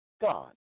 God